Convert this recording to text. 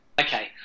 okay